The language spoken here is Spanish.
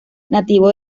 nativo